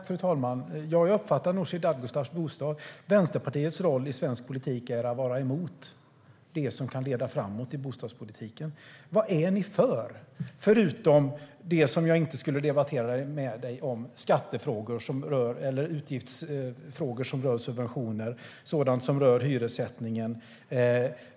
Fru talman! Jag uppfattar nog att Vänsterpartiets roll i svensk politik är att vara emot det som kan leda framåt i bostadspolitiken. Vad är ni för, förutom det som jag inte skulle debattera med dig om, skattefrågor eller frågor som rör subventioner och sådant som rör hyressättningen?